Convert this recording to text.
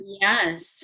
Yes